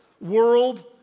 world